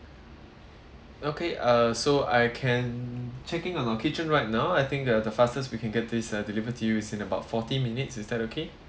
okay uh so I can checking on our kitchen right now I think the the fastest we can get this uh deliver to you is in about forty minutes is that okay